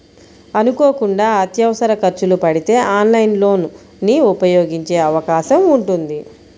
అనుకోకుండా అత్యవసర ఖర్చులు పడితే ఆన్లైన్ లోన్ ని ఉపయోగించే అవకాశం ఉంటుంది